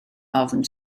ofn